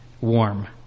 warm